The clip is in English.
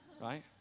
right